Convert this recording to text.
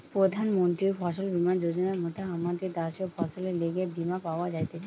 প্রধান মন্ত্রী ফসল বীমা যোজনার মত আমদের দ্যাশে ফসলের লিগে বীমা পাওয়া যাইতেছে